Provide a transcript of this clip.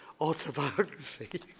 autobiography